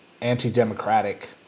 anti-democratic